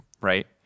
right